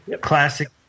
classic